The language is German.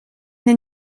den